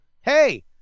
hey